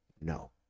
No